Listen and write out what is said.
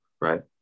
right